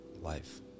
life